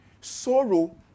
Sorrow